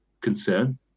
concern